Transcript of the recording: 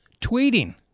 Tweeting